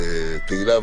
תהלה,